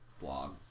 Blog